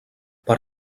per